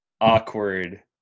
awkward